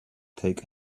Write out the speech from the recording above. take